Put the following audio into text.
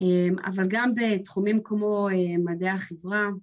אבל גם בתחומים כמו מדעי החברה.